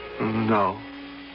No